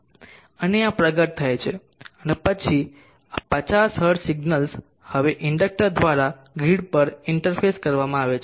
અને આ પ્રગટ થાય છે અને પછી આ 50 હર્ટ્ઝ સિગ્નલ હવે ઇન્ડકટર દ્વારા ગ્રીડ પર ઇન્ટરફેસ કરવામાં આવે છે